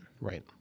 right